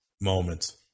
moments